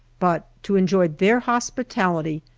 but to enjoy their hospitality,